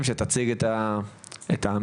שתציג את הממצאים.